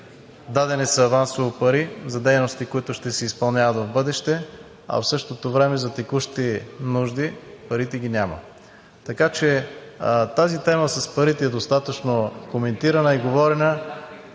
дадени са авансово пари за дейности, които ще се изпълняват в бъдеще, а в същото време парите за текущи нужди ги няма. Тази тема с парите е достатъчно коментирана и говорена,